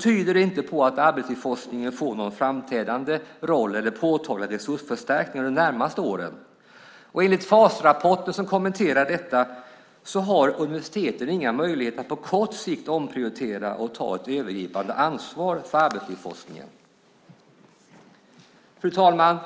tyder de inte på att arbetslivsforskningen får någon framträdande roll eller påtagliga resursförstärkningar de närmaste åren. Enligt FAS-rapporten, som kommenterar även detta, har universiteten inga möjligheter att på kort sikt omprioritera och ta ett övergripande ansvar för arbetslivsforskningen. Fru talman!